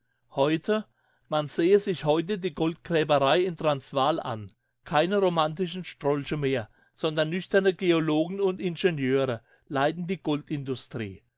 heute man sehe sich heute die goldgräberei in transvaal an keine romantischen strolche mehr sondern nüchterne geologen und ingenieure leiten die